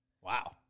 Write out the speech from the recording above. Wow